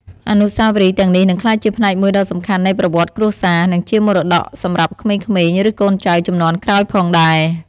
អនុស្សាវរីយ៍ទាំងនេះនឹងក្លាយជាផ្នែកមួយដ៏សំខាន់នៃប្រវត្តិគ្រួសារ និងជាមរតកសម្រាប់ក្មេងៗឬកូនចៅជំនាន់ក្រោយផងដែរ ។